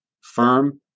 firm